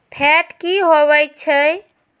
Fat की होवछै?